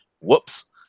Whoops